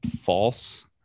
false